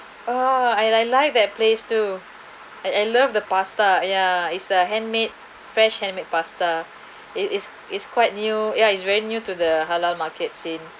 uh and I like that place too I I love the pasta ya is the handmade fresh handmade pasta it is is quite new ya it's very new to the halal market scene